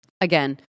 again